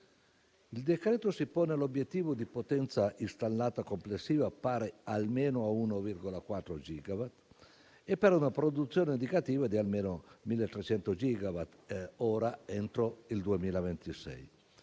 Il decreto si pone l'obiettivo di potenza installata complessiva pari almeno a 1,4 gigawatt e per una produzione indicativa di almeno 1.300 gigawatt entro il 2026.